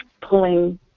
pulling